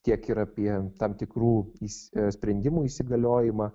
tiek ir apie tam tikrų įs sprendimų įsigaliojimą